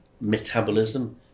metabolism